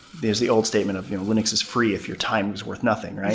there's the old statement of linux is free if your time is worth nothing, right?